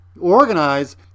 organize